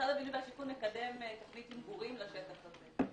משרד הבינוי והשיכון מקדם תוכנית מגורים לשטח הזה.